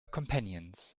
companions